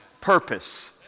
Purpose